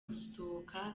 gusohoka